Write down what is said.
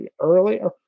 earlier